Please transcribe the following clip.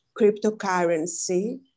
cryptocurrency